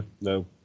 no